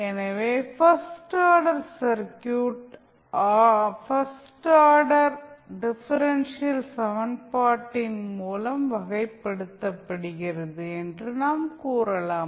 எனவே first order circuit first order differential சமன்பாட்டின் மூலம் வகைப்படுத்தப்படுகிறது என்று நாம் கூறலாம்